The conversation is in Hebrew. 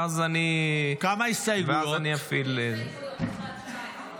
ואז אני אכפיל --- כמה הסתייגויות?